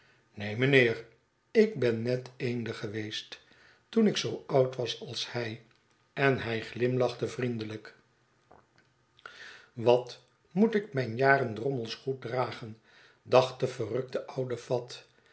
neen meneer ik ben net eender geweest toen ik zoo oud was als hij en hij glimlachte vriendelijk wat moet ik mijn jaren drommels goed dragen dacht de verrukte oude fat